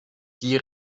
die